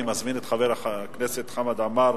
אני מזמין את חבר הכנסת חמד עמאר